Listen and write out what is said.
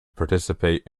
participate